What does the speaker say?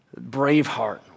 Braveheart